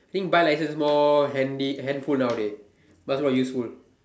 think bike license more handy handful nowadays much more useful